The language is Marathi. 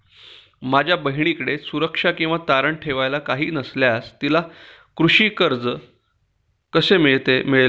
माझ्या बहिणीकडे सुरक्षा किंवा तारण ठेवायला काही नसल्यास तिला कृषी कर्ज कसे मिळेल?